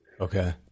Okay